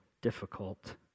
difficult